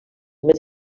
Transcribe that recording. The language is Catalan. més